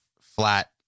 flat